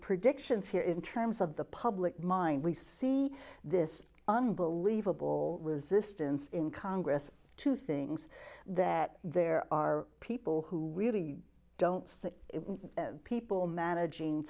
predictions here in terms of the public mind we see this unbelievable resistance in congress to things that there are people who really don't see people managing